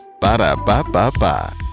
Ba-da-ba-ba-ba